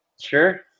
Sure